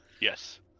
Yes